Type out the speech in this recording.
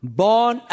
born